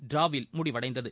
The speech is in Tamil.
டிராவில் முடிவடைந்தது